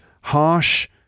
harsh